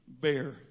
bear